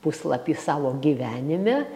puslapį savo gyvenime